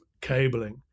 cabling